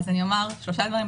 אז אני אומר 3 דברים.